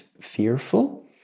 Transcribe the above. fearful